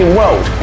world